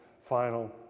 final